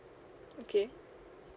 okay